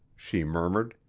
she murmured,